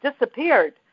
disappeared